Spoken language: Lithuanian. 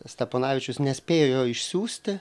steponavičius nespėjo jo išsiųsti